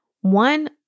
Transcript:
one